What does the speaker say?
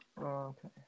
Okay